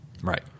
Right